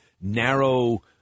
narrow